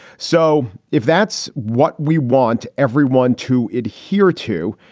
so if that's what we want everyone to adhere to.